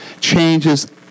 changes